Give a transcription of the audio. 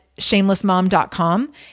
shamelessmom.com